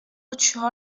چهار